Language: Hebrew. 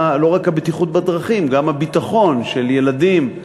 לא רק הבטיחות בדרכים, גם הביטחון של ילדים,